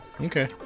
Okay